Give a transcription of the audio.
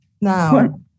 Now